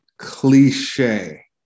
Cliche